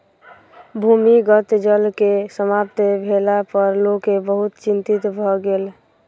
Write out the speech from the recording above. भूमिगत जल के समाप्त भेला पर लोक बहुत चिंतित भ गेल